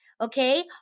Okay